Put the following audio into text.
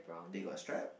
they got stripe